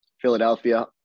Philadelphia